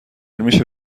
میشه